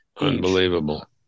Unbelievable